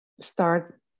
start